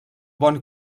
bon